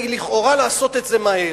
לכאורה כדי לעשות את זה מהר.